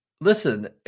listen